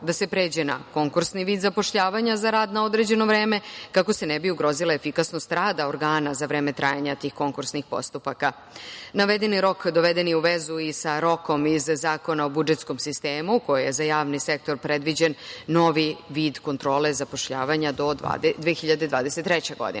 da se pređe na konkursni vid zapošljavanja za rad na određeno vreme, kako se ne bi ugrozila efikasnost rada organa za vreme trajanja tih konkursnih postupaka. Navedeni rok doveden je u vezi i sa rokom iz Zakona o budžetskom sistemu, kojim je za javni sektor predviđen novi vid kontrole zapošljavanja do 2023.